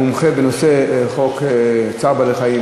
המומחה בנושא חוק צער בעלי-חיים,